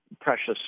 precious